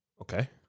Okay